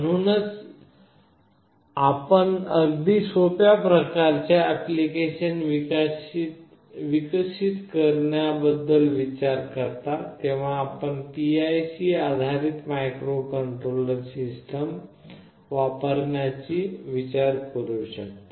म्हणूनच जेव्हा आपण अगदी सोप्या प्रकारच्या अप्लिकेशन्स विकसित करण्याबद्दल विचार करता तेव्हा आपण PIC आधारित मायक्रोकंट्रोलर सिस्टम वापरण्याचा विचार करू शकता